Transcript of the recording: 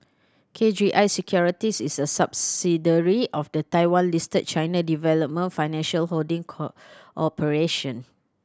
K G I Securities is a subsidiary of the Taiwan Listed China Development Financial Holding Corporation